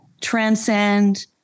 transcend